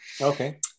Okay